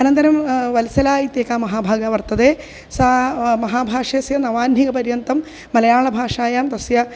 अनन्तरं वल्सला इत्येका महाभागा वर्तते सा महाभाष्यस्य नवाह्निकपर्यन्तं मलयाळभाषायां तस्य